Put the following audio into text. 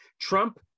Trump